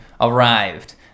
arrived